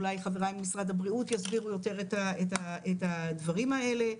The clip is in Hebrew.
אולי חבריי ממשרד הבריאות יסבירו יותר את הדברים האלה,